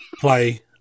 play